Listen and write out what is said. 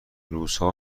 روزها